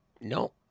no